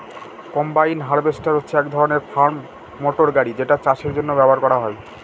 combine harvester হচ্ছে এক ধরনের ফার্ম মটর গাড়ি যেটা চাষের জন্য ব্যবহার করা হয়